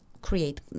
create